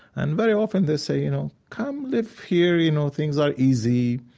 and very often they say, you know, come live here. you know, things are easy.